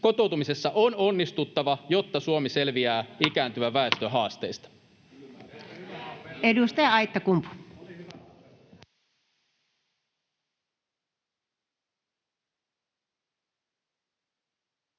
Kotouttamisessa on onnistuttava, jotta Suomi selviää ikääntyvän [Puhemies